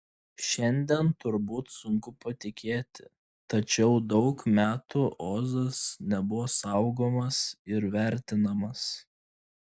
šiandien turbūt sunku patikėti tačiau daug metų ozas nebuvo saugomas ir vertinamas